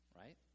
right